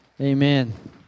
Amen